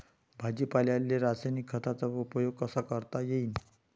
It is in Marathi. भाजीपाल्याले रासायनिक खतांचा उपयोग कसा करता येईन?